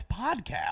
podcast